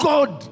God